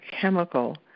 chemical